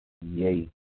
Yay